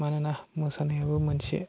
मानोना मोसानायाबो मोनसे